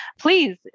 please